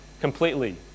completely